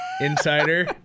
Insider